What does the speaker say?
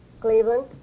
Cleveland